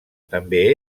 també